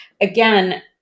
again